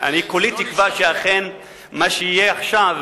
אני כולי תקווה שאכן מה שיהיה עכשיו,